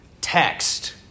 text